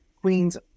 queens